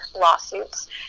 lawsuits